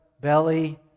belly